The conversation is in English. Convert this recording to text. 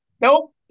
nope